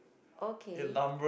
okay